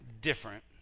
different